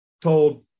told